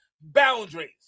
boundaries